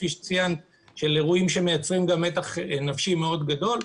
של אירועים שמייצרים גם מתח נפשי מאוד גדול.